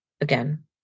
again